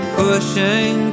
pushing